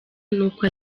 n’uko